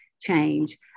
change